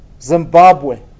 Zimbabwe